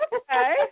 okay